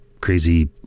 crazy